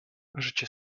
życie